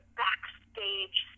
backstage